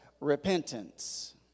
repentance